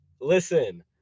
Listen